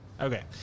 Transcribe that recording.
Okay